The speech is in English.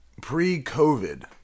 Pre-COVID